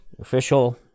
Official